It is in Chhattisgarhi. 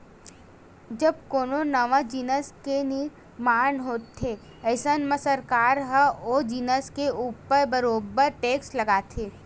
जब कोनो नवा जिनिस के निरमान होथे अइसन म सरकार ह ओ जिनिस के ऊपर बरोबर टेक्स लगाथे